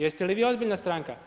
Jeste li vi ozbiljna stranka?